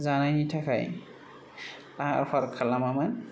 जानायनि थाखाय लाहार फाहार खालामोमोन